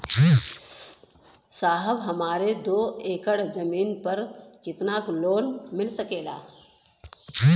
साहब हमरे दो एकड़ जमीन पर कितनालोन मिल सकेला?